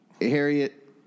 Harriet